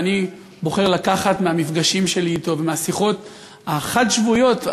ואני בוחר לקחת מהמפגשים שלי אתו ומהשיחות החד-שבועיות,